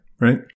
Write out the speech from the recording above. right